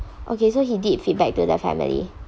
okay so he did feedback to the family